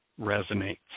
resonates